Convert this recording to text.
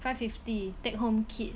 five fifty take home kit